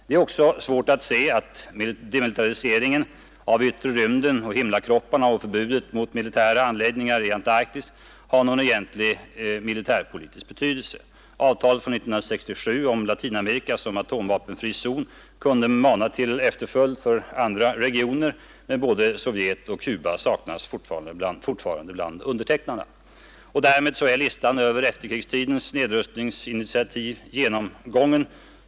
Det är också svårt att se att demilitariseringen av yttre rymden och himlakropparna samt förbudet mot militära anläggningar i Antarktis har någon egentlig militärpolitisk betydelse. Avtalet från 1967 om Latinamerika som atomvapenfri zon kunde mana till efterföljd för andra regioner, men både Sovjet och Cuba saknas fortfarande bland undertecknarna. Därmed är listan över efterkrigstidens nedrustningsinitiativ genomgången.